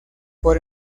por